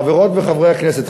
חברות וחברי הכנסת,